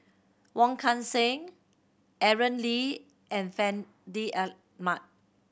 Wong Kan Seng Aaron Lee and Fandi Ahmad